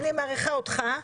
אני מעריכה אותך,